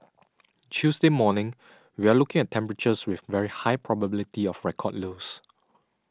Tuesday morning we're looking at temperatures with very high probability of record lows